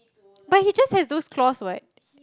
but he just have those claws what